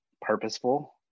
purposeful